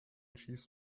schieß